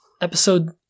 Episode